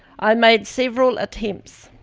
i made several attempts,